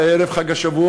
זה היה ערב חג השבועות,